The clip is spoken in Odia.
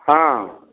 ହଁ